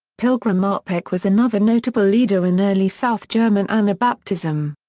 pilgram marpeck was another notable leader in early south german anabaptism.